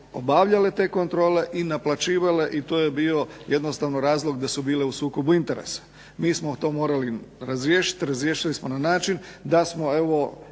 obavljale te kontrole i naplaćivale i to je bio jednostavno razlog da su bile u sukobu interesa. Mi smo to morali razriješiti, razriješili smo na način da smo evo